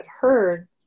heard